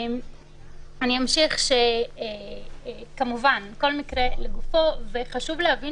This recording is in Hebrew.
אני אמשיך שכמובן כל מקרה לגופו, וחשוב להבין